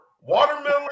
watermelon